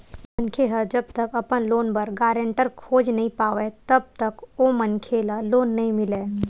मनखे ह जब तक अपन लोन बर गारेंटर खोज नइ पावय तब तक ओ मनखे ल लोन नइ मिलय